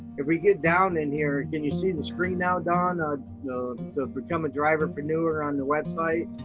if we get down in here, can you see the screen now, dawn? ah you know to become a driverpreneur on the website?